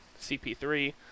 CP3